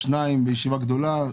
שניים בישיבה גדולה,